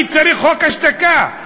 אני צריך חוק השתקה.